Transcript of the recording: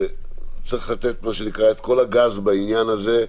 שצריך לתת את כל הגז בעניין הזה.